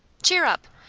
cheer up!